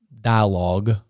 dialogue